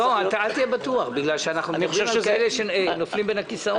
אל תהיה בטוח בגלל שאנחנו מדברים על אלה שנופלים בין הכיסאות.